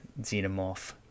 xenomorph